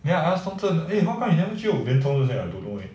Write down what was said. then I ask zhongzhen eh how come he never jio then zhongzhen say I don't know leh